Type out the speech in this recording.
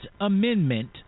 Amendment